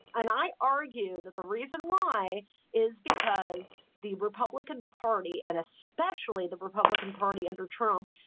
and i argue that the reason why is because the republican party and especially the republican party under trump,